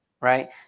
right